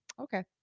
Okay